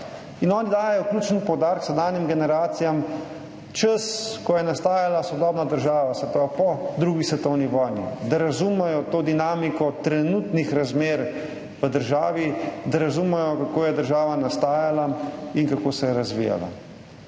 In oni dajejo ključni poudarek sedanjim generacijam, času, ko je nastajala sodobna država, se pravi po drugi svetovni vojni, da razumejo to dinamiko trenutnih razmer v državi, da razumejo, kako je država nastajala in kako se je razvijala.